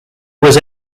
was